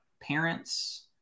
parents